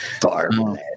Farmland